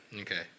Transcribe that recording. okay